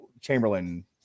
Chamberlain